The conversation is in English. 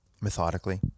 methodically